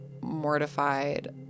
mortified